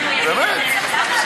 באמת?